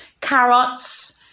Carrots